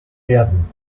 erden